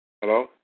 Hello